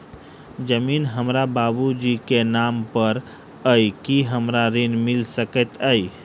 जमीन हमरा बाबूजी केँ नाम पर अई की हमरा ऋण मिल सकैत अई?